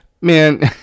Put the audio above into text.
man